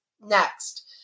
Next